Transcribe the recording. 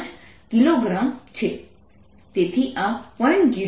05 20014 ms તેથી આ 0